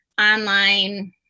online